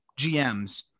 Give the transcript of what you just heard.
GMs